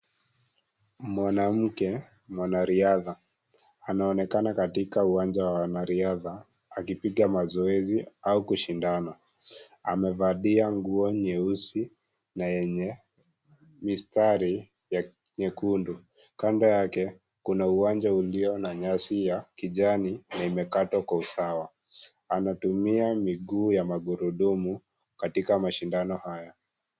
Mwanamke, mwanariadha ,anaonekana katika uwanja wa wanariadha ,akipiga mazoezi au kushindana. Amevalia nguo nyeusi na yenye mistari ya nyekundu. Kando yake, kuna uwanja ulio na nyasi ya kijani na imekatwa kwa usawa. Anatumia miguu ya magurudumu, katika mashindano haya.